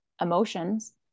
emotions